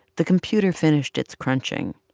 the computer finished its crunching.